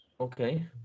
Okay